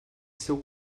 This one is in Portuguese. seu